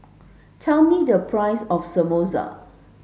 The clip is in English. tell me the price of Samosa